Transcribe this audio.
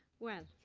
well.